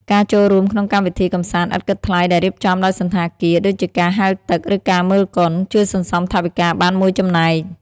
ការចូលរួមក្នុងកម្មវិធីកម្សាន្តឥតគិតថ្លៃដែលរៀបចំដោយសណ្ឋាគារ ដូចជាការហែលទឹក ឬការមើលកុន ជួយសន្សំថវិកាបានមួយចំណែក។